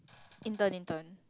intern intern